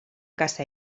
casa